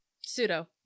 Pseudo